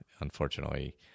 unfortunately